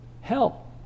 hell